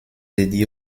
dédié